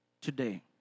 today